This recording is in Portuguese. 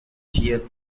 via